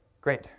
Great